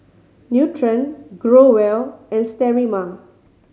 Nutren Growell and Sterimar